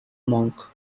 monk